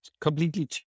Completely